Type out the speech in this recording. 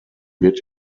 wird